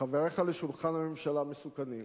חבריך לשולחן הממשלה מסוכנים.